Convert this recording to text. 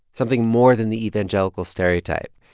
something more than the evangelical stereotype.